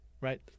Right